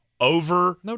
over